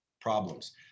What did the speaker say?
problems